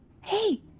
Hey